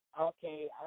okay